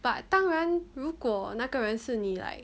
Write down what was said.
but 当然如果那个人是你 like